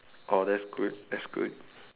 oh that's good that's good